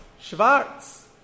Schwarz